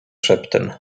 szeptem